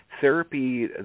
therapy